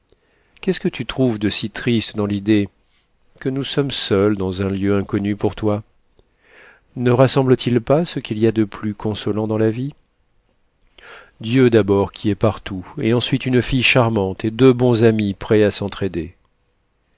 qu'est-ce que tu trouves de si triste dans l'idée que nous sommes seuls dans un lieu inconnu pour toi ne rassemble t il pas ce qu'il y a de plus consolant dans la vie dieu d'abord qui est partout et ensuite une fille charmante et deux bons amis prêts à s'entr'aider